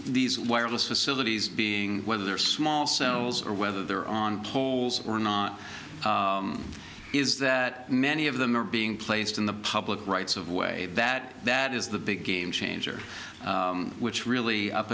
these wireless facilities being whether they're small cells or whether they're on poles or not is that many of them are being placed in the public rights of way that that is the big game changer which really up